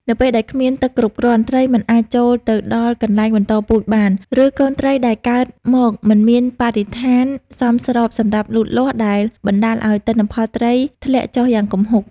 នៅពេលដែលគ្មានទឹកគ្រប់គ្រាន់ ត្រីមិនអាចចូលទៅដល់កន្លែងបន្តពូជបាន ឬកូនត្រីដែលកើតមកមិនមានបរិស្ថានសមស្របសម្រាប់លូតលាស់ ដែលបណ្តាលឱ្យ ទិន្នផលត្រីធ្លាក់ចុះយ៉ាងគំហុក។